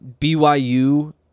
BYU